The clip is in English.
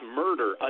murder